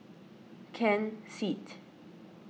Ken Seet